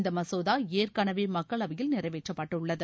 இந்த மசோதா ஏற்கனவே மக்களவையில் நிறைவேற்றப்பட்டுள்ளது